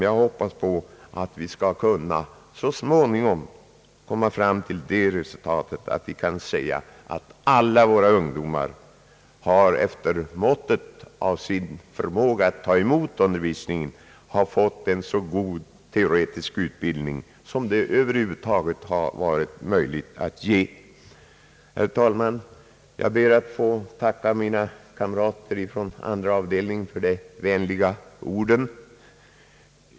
Jag hoppas att vi så småningom skall nå det resultatet att vi kan säga att alla våra ungdomar efter måttet av sin förmåga att ta emot undervisning har fått en så god teoretisk utbildning som det över huvud taget har varit möjligt att ge dem. Herr talman! Jag ber att få tacka mina kamrater från andra avdelningen för de vänliga orden.